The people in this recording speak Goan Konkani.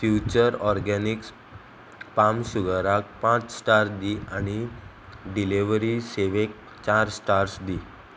फ्युचर ऑरगॅनिक्स पाम शुगराक पांच स्टार्स दी आनी डिलिव्हरी सेवेक चार स्टार्स दी